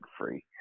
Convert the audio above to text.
free